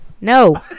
No